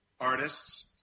artists